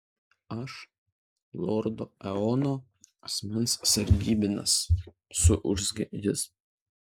aš lordo eono asmens sargybinis suurzgė jis